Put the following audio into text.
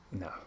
No